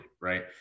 right